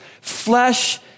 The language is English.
Flesh